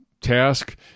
task